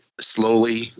slowly